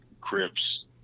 Crips